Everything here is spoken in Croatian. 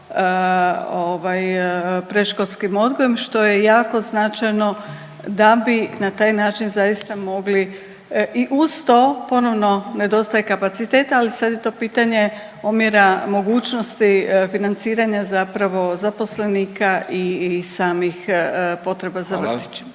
predškolskim odgojem što je jako značajno da bi na taj način zaista mogli i uz to ponovno nedostaje kapaciteta ali sad je to pitanje omjera mogućnosti financiranja zapravo zaposlenika i samih potreba …/Upadica: